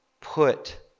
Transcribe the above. put